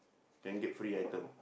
thank you free item